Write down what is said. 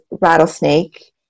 Rattlesnake